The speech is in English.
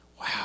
wow